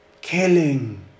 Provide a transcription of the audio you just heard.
Killing